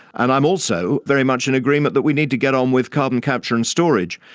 and i'm also very much in agreement that we need to get on with carbon capture and storage.